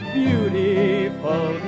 beautiful